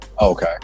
Okay